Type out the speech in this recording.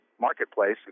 marketplace